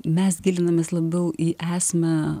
mes gilinamės labiau į esmę